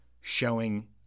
showing